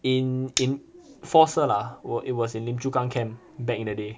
in in four S_I_R lah 我 it was in lim chu kang camp back in the day